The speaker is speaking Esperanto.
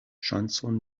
ŝancon